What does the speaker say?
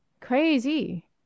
Crazy